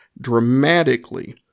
dramatically